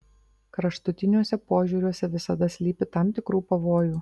kraštutiniuose požiūriuose visada slypi tam tikrų pavojų